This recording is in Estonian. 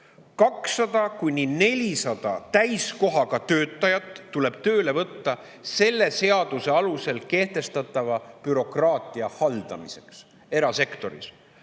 200–400 täiskohaga töötajat tuleb tööle võtta selle seaduse alusel kehtestatava bürokraatia haldamiseks erasektoris.